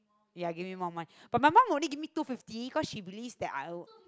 ya give me more money but my mum only give me two fifty cause she believes that I owe